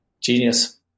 Genius